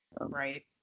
Right